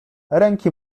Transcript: ręki